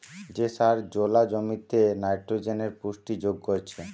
যে সার জোলা জমিতে নাইট্রোজেনের পুষ্টি যোগ করছে